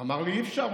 הוא אמר לי: אי-אפשר.